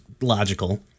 logical